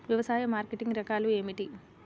వ్యవసాయ మార్కెటింగ్ రకాలు ఏమిటి?